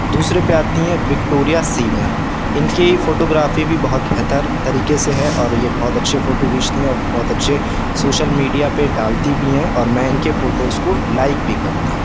دوسرے پہ آتیں ہیں ویکٹوریہ سیمر ان کے فوٹوگرافی بھی بہت بہتر طریقے سے ہے اور یہ بہت اچھے فوٹو کھینچتی ہیں بہت اچھے سوشل میڈیا پہ ڈالتی بھی ہیں اور میں ان کے فوٹوز کو لائک بھی کرتا ہوں